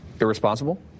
irresponsible